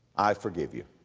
i forgive you.